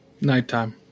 Nighttime